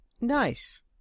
Nice